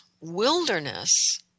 Wilderness